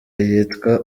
yitwa